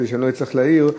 כדי שלא אצטרך להעיר,